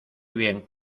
bien